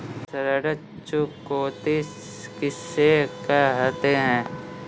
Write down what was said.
ऋण चुकौती किसे कहते हैं?